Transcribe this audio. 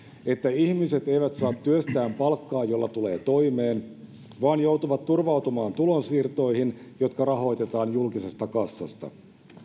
että ihmiset eivät saa työstään palkkaa jolla tulee toimeen vaan joutuvat turvautumaan tulonsiirtoihin jotka rahoitetaan julkisesta kassasta